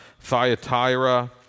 Thyatira